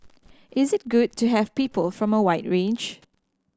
is it good to have people from a wide range